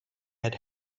had